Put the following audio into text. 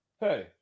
Hey